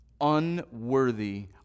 unworthy